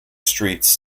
streets